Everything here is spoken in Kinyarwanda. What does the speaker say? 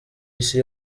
isi